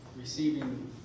receiving